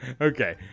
Okay